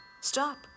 Stop